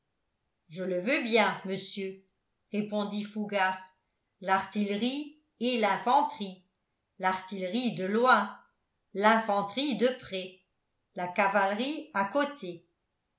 je le veux bien monsieur répondit fougas l'artillerie et l'infanterie l'artillerie de loin l'infanterie de près la cavalerie à côté